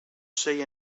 say